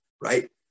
right